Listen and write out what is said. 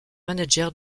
manager